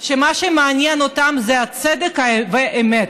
שמה שמעניין אותם זה הצדק והאמת.